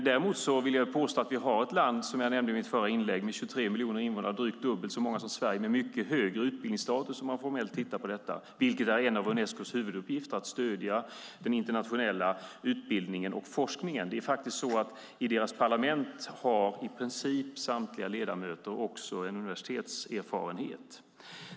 Däremot vill jag påstå att vi har ett land, Taiwan, som jag nämnde i mitt förra inlägg, med drygt 23 miljoner invånare, drygt dubbelt så många som Sverige, med mycket högre utbildningsstatus, om man formellt tittar på detta, och en av Unescos huvuduppgifter är att stödja den internationella utbildningen och forskningen. I princip samtliga ledamöter i deras parlament har en universitetserfarenhet.